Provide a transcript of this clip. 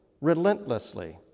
relentlessly